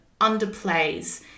underplays